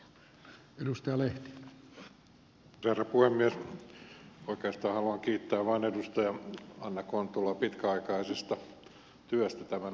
oikeastaan haluan vain kiittää edustaja anna kontulaa pitkäaikaisesta työstä tämän asian tiimoilta